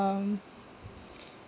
um